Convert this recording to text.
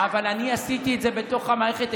אבל אני עשיתי את זה בתוך המערכת,